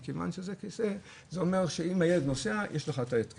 מכיוון שזה אומר שאם הילד נוסע יש לך את ההתקן.